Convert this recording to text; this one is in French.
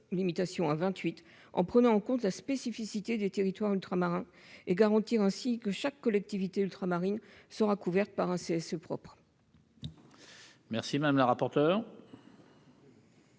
afin de prendre en compte la spécificité des territoires ultramarins, en garantissant que chaque collectivité ultramarine sera couverte par un CSE propre.